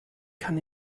kann